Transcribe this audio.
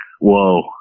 whoa